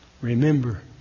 remember